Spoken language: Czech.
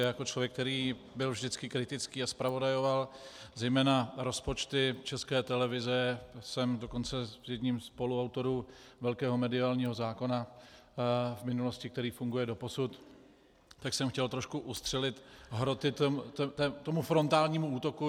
Já jako člověk, který byl vždycky kritický a zpravodajoval zejména rozpočty České televize, jsem dokonce jedním ze spoluautorů velkého mediálního zákona v minulosti, který funguje doposud, tak jsem chtěl trošku ustřelit hroty tomu frontálnímu útoku.